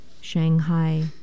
Shanghai